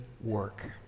work